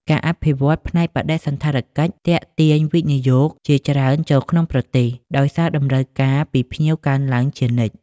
ការអភិវឌ្ឍផ្នែកបដិសណ្ឋារកិច្ចទាក់ទាញវិនិយោគជាច្រើនចូលក្នុងប្រទេស ដោយសារតម្រូវការពីភ្ញៀវកើនឡើងជានិច្ច។